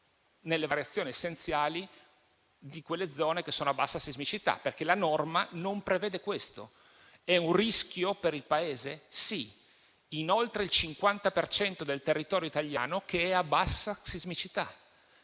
nelle variazioni essenziali di quelle zone che sono a bassa sismicità, perché la norma non lo prevede. Questo è un rischio per il Paese in oltre il 50 per cento del territorio italiano che è a bassa sismicità.